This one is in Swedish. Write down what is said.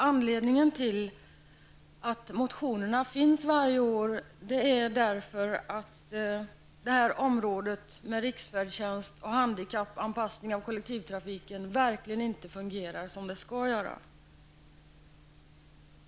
Anledningen till att motionerna väcks varje år är att det område som handlar om riksfärdtjänst och handikappanpassning av kollektivtrafiken verkligen inte fungerar som det skall göra.